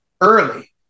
early